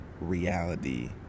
reality